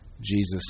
Jesus